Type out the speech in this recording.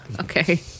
okay